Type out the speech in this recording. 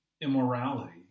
immorality